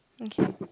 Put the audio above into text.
okay